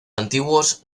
antiguos